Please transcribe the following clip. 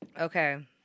Okay